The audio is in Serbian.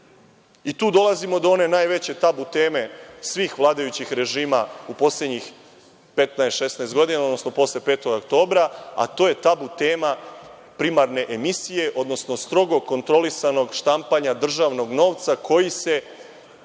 dolazimo do one najveće tabu teme svih vladajućih režima u poslednjih 15, 16 godina, odnosno posle 5. oktobra, a to je tabu tema primarne emisije, odnosno strogo kontrolisanog štampanja državnog novca koji se